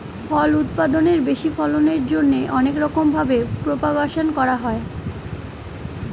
ফল উৎপাদনের বেশি ফলনের জন্যে অনেক রকম ভাবে প্রপাগাশন করা হয়